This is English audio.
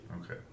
Okay